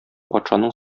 патшаның